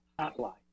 Hotline